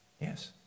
Yes